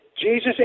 Jesus